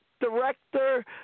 director